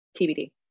TBD